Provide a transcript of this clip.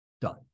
Done